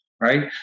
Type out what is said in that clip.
right